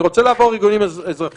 אני רוצה לעבור לארגונים אזרחיים,